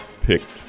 picked